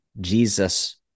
Jesus